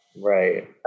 right